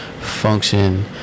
function